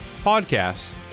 podcast